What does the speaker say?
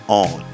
on